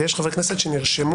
ויש חברי כנסת שנרשמו,